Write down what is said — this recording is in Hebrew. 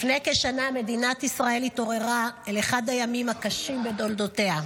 לפני כשנה מדינת ישראל התעוררה אל אחד הימים הקשים בתולדותיה.